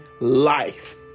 life